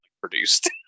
produced